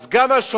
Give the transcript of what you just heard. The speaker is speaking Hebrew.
אז גם השופטים,